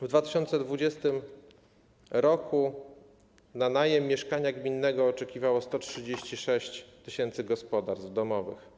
W 2020 r. na możliwość najmu mieszkania gminnego oczekiwało 136 tys. gospodarstw domowych.